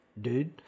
dude